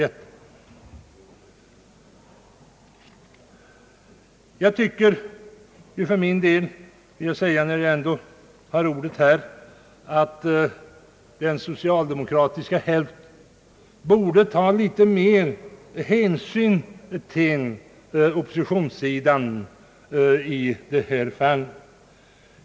När jag ändå har ordet vill jag säga att den socialdemokratiska hälften borde ta litet mera hänsyn till oppositionssidan i det här fallet.